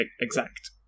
exact